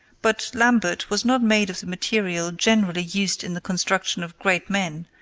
but lambert was not made of the material generally used in the construction of great men,